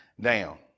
down